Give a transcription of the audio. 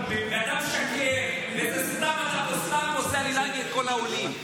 אתה משקר ואתה סתם עושה עלילה נגד כל העולים.